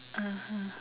(uh huh)